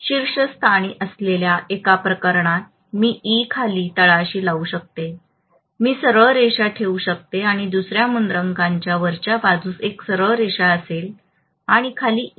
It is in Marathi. शीर्षस्थानी असलेल्या एका प्रकरणात मी ई खाली तळाशी लावू शकतो मी सरळ रेषा ठेवू शकतो आणि दुसऱ्या मुद्रांकना वरच्या बाजूस एक सरळ रेषा असेल आणि खाली ई